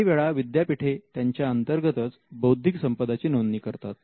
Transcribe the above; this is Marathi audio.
काही वेळा विद्यापीठे त्यांच्या अंतर्गतच बौद्धिक संपदाची नोंदणी करतात